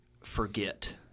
forget